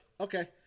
Okay